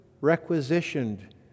requisitioned